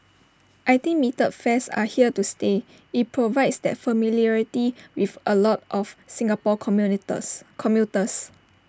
I think metered fares are here to stay IT provides that familiarity with A lot of Singapore communities commuters